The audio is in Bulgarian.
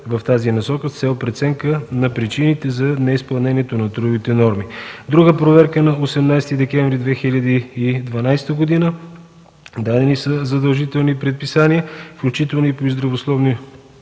в тази насока, с цел преценка на причините за неизпълнението на трудовите норми. Друга проверка е направена на 18 декември 2012 г. Дадени са задължителни предписания, включително и по здравословни